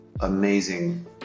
Amazing